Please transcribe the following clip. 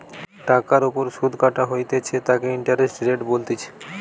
টাকার ওপর সুধ কাটা হইতেছে তাকে ইন্টারেস্ট রেট বলতিছে